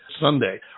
Sunday